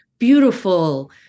beautiful